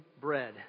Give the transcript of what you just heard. Bread